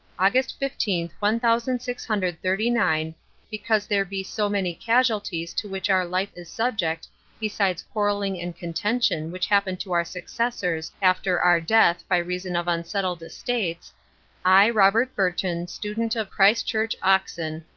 august fifteenth one thousand six hundred thirty nine because there be so many casualties to which our life is subject besides quarrelling and contention which happen to our successors after our death by reason of unsettled estates i robert burton student of christ-church oxon.